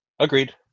Agreed